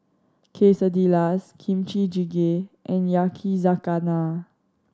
Quesadillas Kimchi Jjigae and Yakizakana